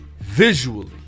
Visually